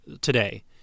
today